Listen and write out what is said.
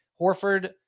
Horford